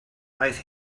aeth